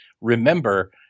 remember